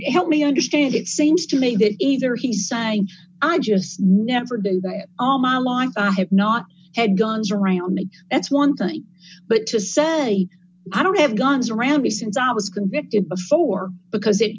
help me understand it seems to me that either he said i just never do that all my life i have not had guns around me that's one thing but to say i don't have guns around me since i was convicted before because it